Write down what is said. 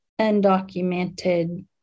undocumented